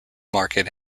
market